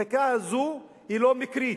החקיקה הזו היא לא מקרית,